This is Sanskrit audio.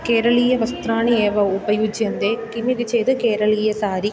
केरलीयवस्त्राणि एव उपयुज्यन्ते किमिति चेद् केरलीय सारि